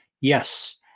Yes